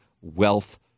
Wealth